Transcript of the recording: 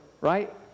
right